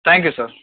thank you sir